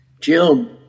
Jim